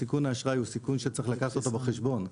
סיכון האשראי הוא סיכון שצריך לקחת אותו בחשבון.